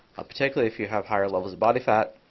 ah particularly if you have higher levels of body fat,